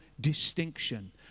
distinction